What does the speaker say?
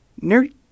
Nerd